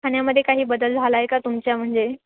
खाण्यामध्ये काही बदल झाला आहे का तुमच्या म्हणजे